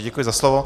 Děkuji za slovo.